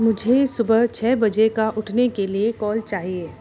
मुझे सुबह छः बजे का उठने के लिए कॉल चाहिए